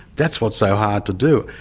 that's what's so hard to do.